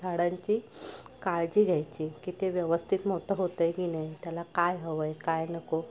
झाडांची काळजी घ्यायची की ते व्यवस्थित मोठं होतं आहे की नाही त्याला काय हवं आहे काय नको